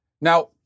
Now